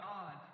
God